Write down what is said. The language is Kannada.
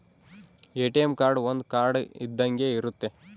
ಎ.ಟಿ.ಎಂ ಕಾರ್ಡ್ ಒಂದ್ ಕಾರ್ಡ್ ಇದ್ದಂಗೆ ಇರುತ್ತೆ